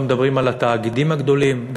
לא מדברים על התאגידים הגדולים,